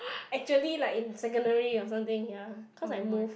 actually like in secondary or something ya cause I moved